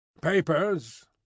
papers